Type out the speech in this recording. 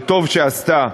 וטוב עשתה,